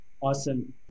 Awesome